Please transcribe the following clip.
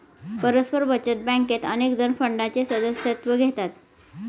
परस्पर बचत बँकेत अनेकजण फंडाचे सदस्यत्व घेतात